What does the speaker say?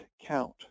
count